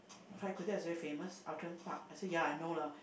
fried kway-teow is very famous Outram-Park I say ya I know lah